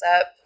up